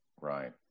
right